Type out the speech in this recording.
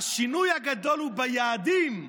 השינוי הגדול הוא ביעדים.